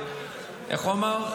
איך הוא אמר?